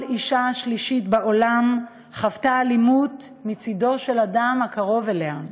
כל אישה שלישית בעולם חוותה אלימות מצדו של אדם הקרוב אליה,